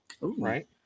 right